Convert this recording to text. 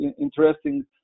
interesting